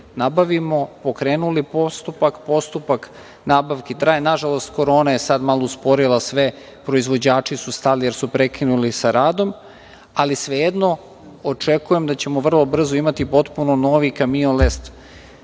nabavimo, pokrenuli postupak. Postupak nabavke traje. Nažalost, Korona je sad malo usporila sve, proizvođači su stali, jer su prekinuli sa radom. Ali, svejedno, očekujem da ćemo vrlo brzo imati potpuno novi kamion lestvi. Ne